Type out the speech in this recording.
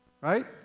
Right